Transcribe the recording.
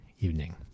evening